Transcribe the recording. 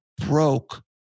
broke